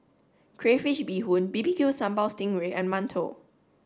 Crayfish Beehoon B B Q Sambal sting ray and Mantou